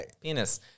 penis